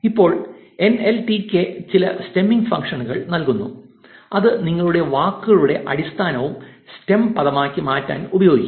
ഇപ്പോൾ എൻഎൽടികെ ചില സ്റ്റെമ്മിംഗ് ഫംഗ്ഷനുകൾ നൽകുന്നു അത് നിങ്ങളുടെ വാക്കുകളെ അടിസ്ഥാന സ്റ്റെം പദമാക്കി മാറ്റാൻ ഉപയോഗിക്കാം